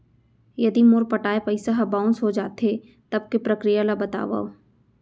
यदि मोर पटाय पइसा ह बाउंस हो जाथे, तब के प्रक्रिया ला बतावव